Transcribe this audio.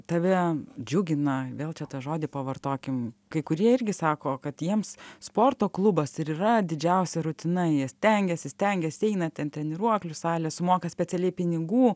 tave džiugina vėl čia tą žodį pavartokim kai kurie irgi sako kad jiems sporto klubas ir yra didžiausia rutina jie stengiasi stengiasi eina ten treniruoklių salės sumoka specialiai pinigų